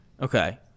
Okay